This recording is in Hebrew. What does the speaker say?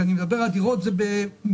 כשאני מדבר על אדירות, זה במיליונים.